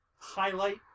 highlight